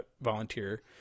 volunteer